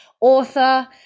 author